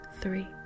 three